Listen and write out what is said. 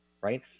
right